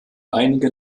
einige